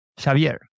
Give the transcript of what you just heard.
Xavier